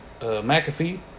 McAfee